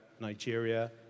Nigeria